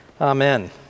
Amen